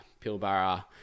Pilbara